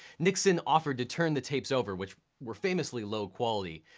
nixon offered to turn the tapes over, which were famously low quality,